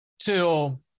till